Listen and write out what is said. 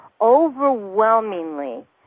overwhelmingly